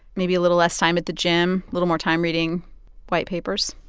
maybe a little less time at the gym, a little more time reading white papers?